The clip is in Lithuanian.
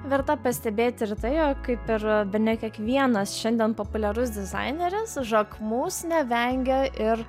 verta pastebėti ir tai jog kaip ir bene kiekvienas šiandien populiarus dizaineris žakmus nevengia ir